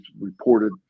reported